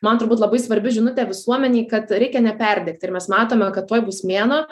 man turbūt labai svarbi žinutė visuomenei kad reikia neperdegti ir mes matome kad tuoj bus mėnuo